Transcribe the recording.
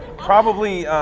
probably